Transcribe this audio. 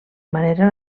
manera